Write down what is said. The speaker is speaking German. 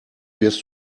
wirst